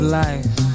life